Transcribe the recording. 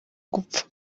gupfa